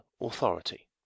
authority